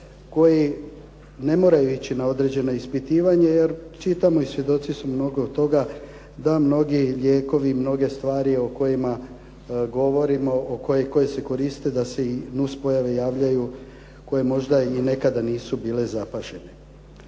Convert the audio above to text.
koji ne moraju ići na određeno ispitivanje, jer čitamo i svjedoci smo mnogo toga, da mnogi lijekovi, mnoge stvari o kojima govorimo koje se koriste da se i nuspojave javljaju koje možda i nekada nisu bile zapažene.